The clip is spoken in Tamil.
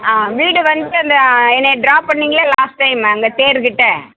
ஆ வீடு வந்துட்டு அந்த என்னை ட்ராப் பண்ணிங்கள்லை லாஸ்ட் டைம் அந்த தேர்கிட்ட